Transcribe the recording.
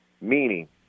meaning